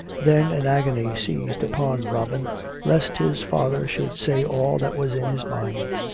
then an agony seized upon robin lest his father should say all that was in his mind.